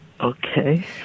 Okay